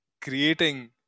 creating